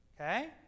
Okay